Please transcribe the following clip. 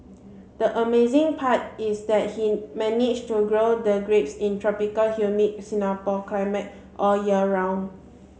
the amazing part is that he manage to grow the grapes in tropical humid Singapore climate all year round